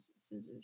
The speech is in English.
scissors